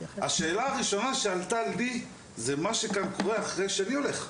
השאלה הראשונה שעלתה לי זה מה שכאן קורה אחרי שאני הולך.